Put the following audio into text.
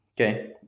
Okay